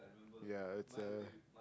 ya it's a